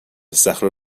استخر